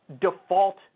default